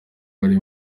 bari